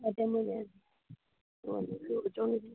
ഒറ്റമൂലിയാണ് ആ ഡോക്ടർ വിളിച്ചോണ്ടിരിക്കുക